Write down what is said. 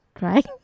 Right